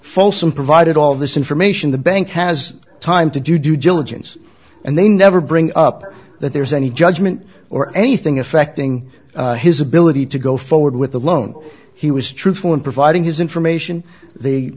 folsom provided all this information the bank has time to do due diligence and they never bring up that there's any judgment or anything affecting his ability to go forward with the loan he was truthful in providing his information they